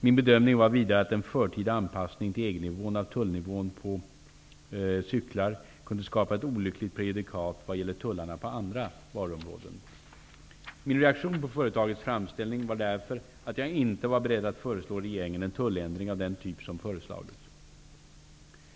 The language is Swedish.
Min bedömning var vidare att en förtida anpassning till EG-nivån av tullnivån på cyklar kunde skapa ett olyckligt prejudikat vad gäller tullarna på andra varuområden. Min reaktion på företagets framställning var därför att jag inte var beredd att föreslå regeringen en tulländring av den typ som föreslagits.